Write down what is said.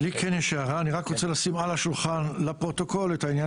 אני רק רוצה לשים על השולחן לפרוטוקול את העניין